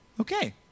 Okay